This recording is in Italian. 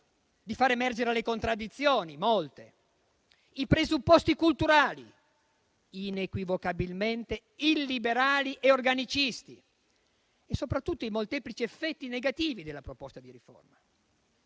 e far emergere le molte contraddizioni, i presupposti culturali, inequivocabilmente illiberali e organicisti, e soprattutto i molteplici effetti negativi della proposta di riforma.